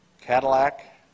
Cadillac